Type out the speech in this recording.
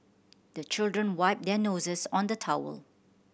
the children wipe their noses on the towel